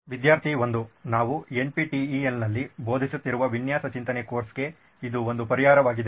ವಿದ್ಯಾರ್ಥಿ 1 ನಾವು NPTELನಲ್ಲಿ ಬೋಧಿಸುತ್ತಿರುವ ವಿನ್ಯಾಸ ಚಿಂತನೆ ಕೋರ್ಸ್ಗೆ ಇದು ಒಂದು ಪರಿಹಾರವಾಗಿದೆ